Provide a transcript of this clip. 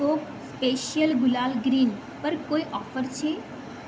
કોક special gulal green પર કોઈ offer છે